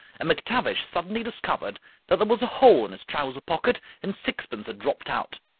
and mctavish suddenly discovered that there was a hole in his trouser-pocket and sixpence had dropped out.